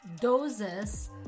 doses